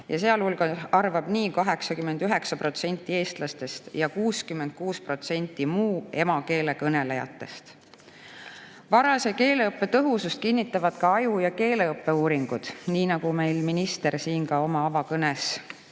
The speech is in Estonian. ja sealhulgas arvab nii 89% eestlastest ja 66% muu emakeele kõnelejatest. Varase keeleõppe tõhusust kinnitavad ka aju‑ ja keeleõppeuuringud, nii nagu minister siin ka oma avakõnes